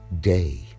day